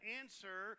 answer